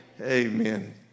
Amen